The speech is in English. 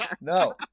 No